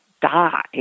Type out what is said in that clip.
die